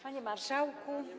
Panie Marszałku!